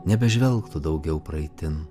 nebežvelgtų daugiau praeitin